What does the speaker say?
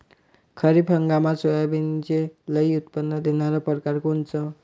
खरीप हंगामात सोयाबीनचे लई उत्पन्न देणारा परकार कोनचा?